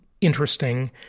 interesting